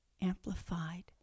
Amplified